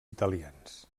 italians